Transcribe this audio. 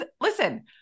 listen